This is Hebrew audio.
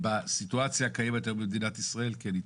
בסיטואציה הקיימת היום במדינת ישראל, כן ייטב.